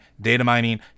data-mining